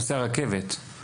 נושא הרכבת.